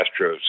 Astros